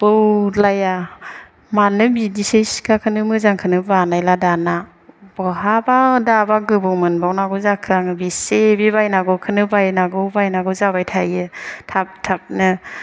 बौद्लाया मानो बिदिसै सिखाखौनो मोजांखौनो बानायला दाना बहाबा दाबा गोबौ मोनबावनांगौ जाखो आङो बेसे बे बायनांगौखौनो बायनांगौ बायनांगौ जाबाय थायो थाब थाबनो